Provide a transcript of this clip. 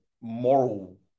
moral